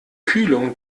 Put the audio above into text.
kühlung